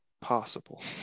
possible